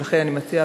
ולכן אני מציעה,